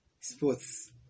sports